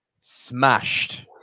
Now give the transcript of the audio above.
smashed